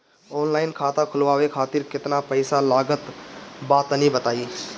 Online खाता खूलवावे खातिर केतना पईसा लागत बा तनि बताईं?